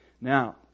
now